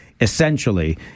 essentially